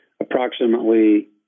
approximately